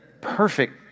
perfect